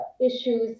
issues